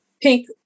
Pink